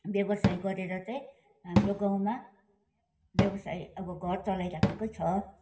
व्यवसाय गरेर चाहिँ हाम्रो गाउँमा व्यवसाय अब घर चलाइराखेको छ